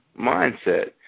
mindset